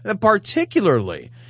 Particularly